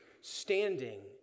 standing